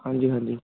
ਹਾਂਜੀ ਹਾਂਜੀ